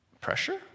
pressure